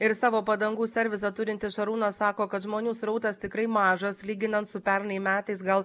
ir savo padangų servisą turintis šarūnas sako kad žmonių srautas tikrai mažas lyginant su pernai metais gal